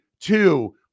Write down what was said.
two